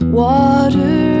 water